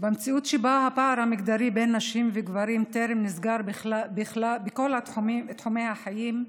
במציאות שבה הפער המגדרי בין נשים לגברים טרם נסגר בכל תחומי החיים,